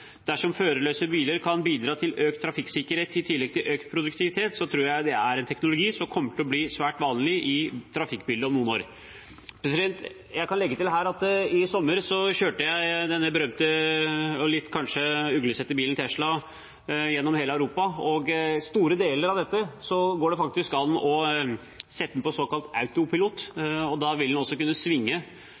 Dersom førerløse biler kan bidra til økt trafikksikkerhet i tillegg til økt produktivitet, tror jeg det er en teknologi som kommer til å bli svært vanlig i trafikkbildet om noen år. Jeg kan legge til her at i sommer kjørte jeg den berømte og kanskje litt uglesette bilen Tesla gjennom hele Europa, og i store deler går det faktisk an å sette den på såkalt autopilot. Den vil da kunne svinge selv i de bratteste kurvene helt opp i 150 km i timen, og den vil kunne